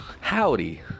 Howdy